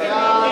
מי נמנע?